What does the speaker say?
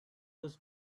was